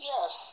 Yes